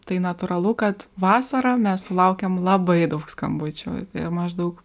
tai natūralu kad vasarą mes sulaukiam labai daug skambučių ir maždaug